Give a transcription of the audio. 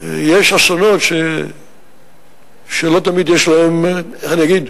יש אסונות שלא תמיד יש להם, איך אני אגיד?